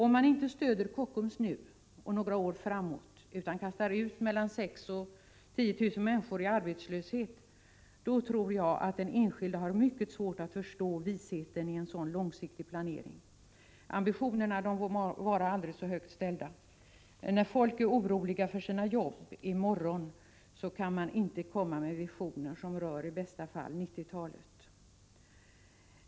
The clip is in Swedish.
Om man inte stöder Kockums nu och några år framåt, utan kastar ut mellan 6 000 och 10 000 människor i arbetslöshet, tror jag att den enskilde har mycket svårt att förstå visheten i en sådan långsiktig planering. Ambitionerna må vara aldrig så högt ställda, när människor är oroliga för morgondagens jobb-kan man inte komma med visioner som i bästa fall rör 1990-talet.